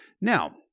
Now